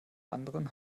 anderen